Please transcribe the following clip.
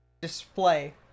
display